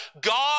God